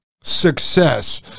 Success